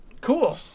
cool